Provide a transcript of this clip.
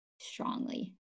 strongly